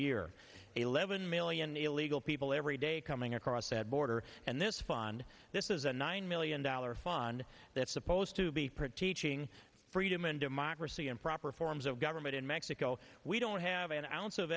year eleven million illegal people every day coming across that border and this fund this is a nine million dollar fund that's supposed to be pretty ching freedom and democracy and proper forms of government in mexico we don't have an ounce of